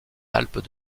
alpes